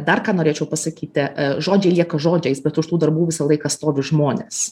dar ką norėčiau pasakyti žodžiai lieka žodžiais bet už tų darbų visą laiką stovi žmonės